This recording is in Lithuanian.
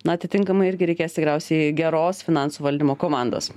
na atitinkamai irgi reikės tikriausiai geros finansų valdymo komandos